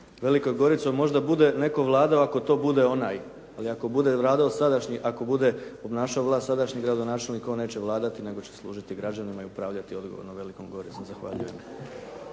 Velikom Goricom možda bude netko vladao ako to bude onaj, ali ako bude vladao sadašnji, ako bude obnašao vlast sadašnjeg gradonačelnika on neće vladati nego će služiti građanima i upravljati odgovorno Velikom Goricom. Zahvaljujem.